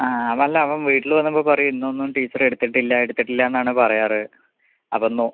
ആ അതല്ല അവൻ വീട്ടിൽ വന്നപ്പോൾ പറയും ഇന്നൊന്നും ടീച്ചർ എടുത്തിട്ടില്ല എടുത്തിട്ടില്ല എന്നാണ് പറയാറ് അപ്പോൾ നോ